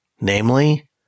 namely